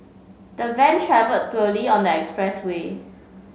the van travelled slowly on the expressway